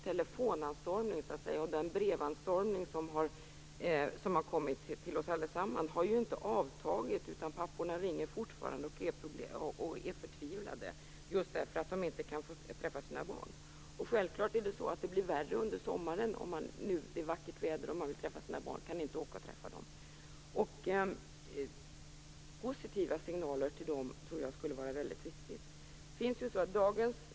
Telefonsamtals och brevanstormningen till oss allesamman har inte avtagit. Papporna ringer fortfarande och är förtvivlade just därför att de inte kan få träffa sina barn. Självfallet blir det värre under sommaren. Det är vackert väder och man vill träffa sina barn, men man kan inte åka och träffa dem. Positiva signaler till dem tror jag skulle vara väldigt viktigt.